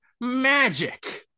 Magic